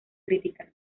crítica